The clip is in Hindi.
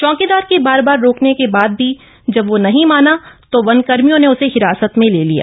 चौकीदार के बार बार रोकने के बाद भी जब वो नहीं मामा तो वनकर्मियों ने उसे हिरासत में ले लिया